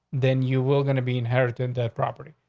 then you will gonna be inherited that property.